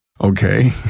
Okay